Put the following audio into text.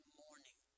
morning